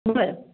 बरं